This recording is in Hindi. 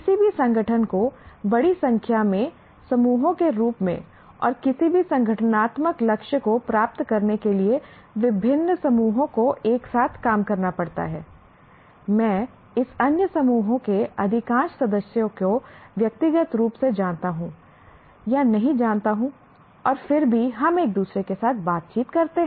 किसी भी संगठन को बड़ी संख्या में समूहों के रूप में और किसी भी संगठनात्मक लक्ष्य को प्राप्त करने के लिए विभिन्न समूहों को एक साथ काम करना पड़ता है मैं इस अन्य समूहों के अधिकांश सदस्यों को व्यक्तिगत रूप से जानता हूं या नहीं जानता हूं और फिर भी हम एक दूसरे के साथ बातचीत करते हैं